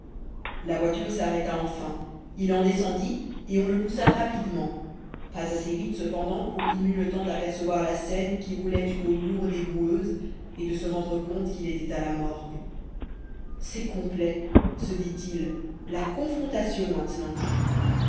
la voiture s'arrêta enfin il en descendit et on le poussa rapidement pas assez vite cependant pour qu'il n'eût le temps d'apercevoir la seine qui roulait une eau lourde et boueuse et de se rendre compte qu'il était à la morgue c'est complet se dit-il la confrontation maintenant